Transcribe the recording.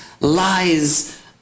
lies